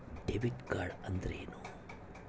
Debit card ಅಂದ್ರೇನು?